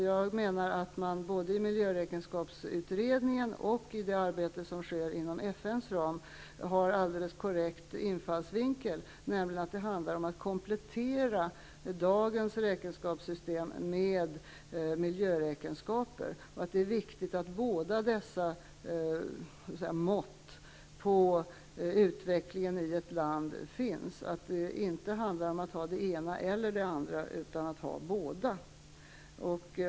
Jag menar att man både i miljöräkenskapsutredningen och i det arbete som sker inom FN:s ram har alldeles korrekt infallsvinkel, nämligen att det handlar om att komplettera dagens räkenskapssystem med miljöräkenskaper och att det är viktigt att båda dessa ''mått'' på utvecklingen i ett land finns -- det handlar inte om att ha det ena eller det andra, utan det handlar om att ha båda.